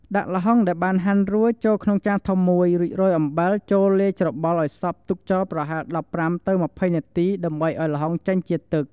ដាក់ល្ហុងដែលបានហាន់រួចទៅក្នុងចានធំមួយ រួចរោយអំបិលចូលលាយច្របល់ឲ្យសព្វទុកចោលប្រហែល ១៥-២០ នាទីដើម្បីឲ្យល្ហុងចេញជាតិទឹក។